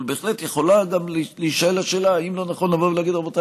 אבל בהחלט יכולה גם להישאל השאלה האם לא נכון לבוא ולהגיד: רבותיי,